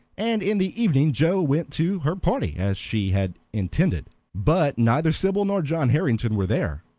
and in the evening joe went to her party as she had intended but neither sybil nor john harrington were there.